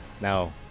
Now